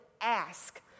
ask